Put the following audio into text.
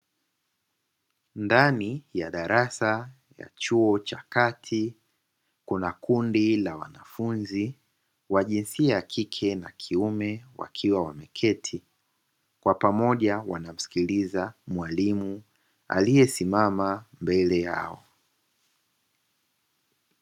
Ndani ya darasa ya chuo cha kati kuna kundi la wanafunzi wa jinsia ya kike na kiume wakiwa wameketi, kwa pamoja wanamsikiliza mwalimu aliyesimama mbele yao.